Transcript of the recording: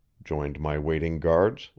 joined my waiting guards,